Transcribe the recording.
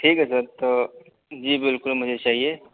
ٹھیک ہے سر تو جی بالکل مجھے چاہیے